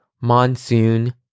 monsoon